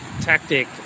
tactic